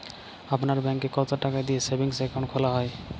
আপনার ব্যাংকে কতো টাকা দিয়ে সেভিংস অ্যাকাউন্ট খোলা হয়?